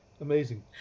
Amazing